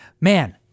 man